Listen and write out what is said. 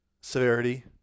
severity